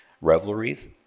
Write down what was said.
revelries